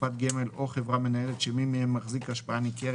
קופת גמל או חברה מנהלת שמי מהם מחזיק השפעה ניכרת,